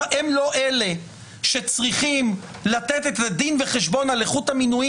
הם לא אלה שצריכים לתת את הדין וחשבון על איכות המינויים